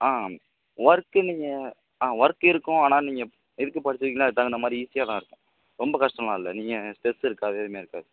ஆ ஆ ஒர்க்கு நீங்கள் ஆ ஒர்க் இருக்கும் ஆனால் நீங்கள் எதுக்கு படிச்சுக்கீங்களோ அதுக்கு தகுந்த மாதிரி ஈஸியாக தான் இருக்கும் ரொம்ப கஷ்டமெலாம் இல்லை நீங்கள் ஸ்ட்ரெஸ் இருக்காது அதே மாதிரி இருக்காது